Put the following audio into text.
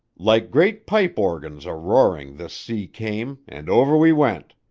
like great pipe-organs aroaring this sea came, and over we went.